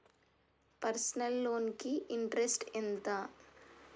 Personal loan కి interest ఎంత?